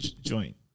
joint